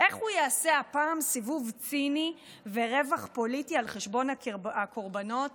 איך הוא יעשה הפעם סיבוב ציני ורווח פוליטי על חשבון הקורבנות